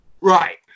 Right